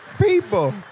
people